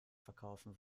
verkaufen